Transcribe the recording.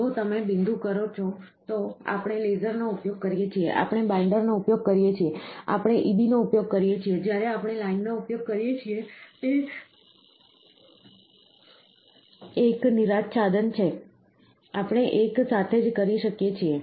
જો તમે બિંદુ કરો તો આપણે લેસરનો ઉપયોગ કરીએ છીએ આપણે બાઈન્ડરનો ઉપયોગ કરીએ છીએ આપણે EB નો ઉપયોગ કરીએ છીએ જ્યારે આપણે લાઇનનો ઉપયોગ કરીએ છીએ તે એક નિરાચ્છાદન છે આપણે એક સાથે જ કરી શકીએ છીએ